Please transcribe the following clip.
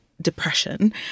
depression